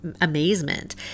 amazement